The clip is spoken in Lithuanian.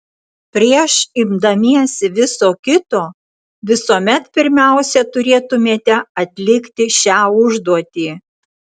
prieš imdamiesi viso kito visuomet pirmiausia turėtumėte atlikti šią užduotį